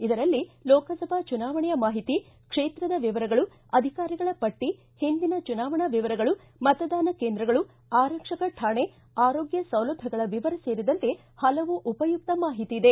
ಇದರಲ್ಲಿ ಲೋಕಸಭಾ ಚುನಾವಣೆಯ ಮಾಹಿತಿ ಕ್ಷೇತ್ರದ ವಿವರಗಳು ಅಧಿಕಾರಿಗಳ ಪಟ್ಟಿ ಹಿಂದಿನ ಚುನಾವಣಾ ವಿವರಗಳು ಮತದಾನ ಕೇಂದ್ರಗಳು ಆರಕ್ಷಕ ಠಾಣೆ ಆರೋಗ್ದ ಸೌಲಭ್ದಗಳ ವಿವರ ಸೇರಿದಂತೆ ಹಲವು ಉಪಯುಕ್ತ ಮಾಹಿತಿ ಇದೆ